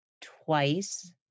twice